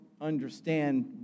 understand